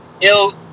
Ill